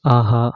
ஆஹா